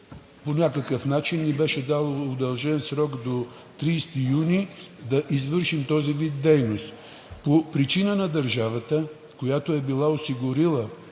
по някакъв начин ни беше дала удължен срок до 30 юни да извършим този вид дейност. По причина на държавата, която е била осигурила